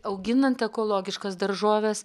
auginant ekologiškas daržoves